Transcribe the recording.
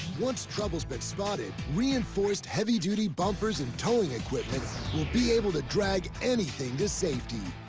once trouble's been spotted, reinforced heavy-duty bumpers and towing equipment will be able to drag anything to safety.